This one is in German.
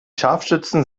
scharfschützen